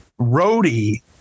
roadie